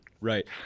Right